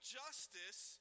justice